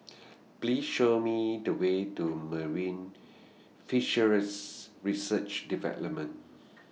Please Show Me The Way to Marine Fisheries Research department